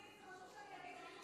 זה חשוב שאני אגיד,